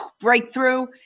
breakthrough